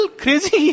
crazy